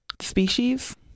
species